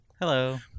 Hello